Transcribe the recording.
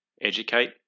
Educate